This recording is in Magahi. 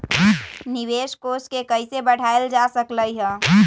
निवेश कोष के कइसे बढ़ाएल जा सकलई ह?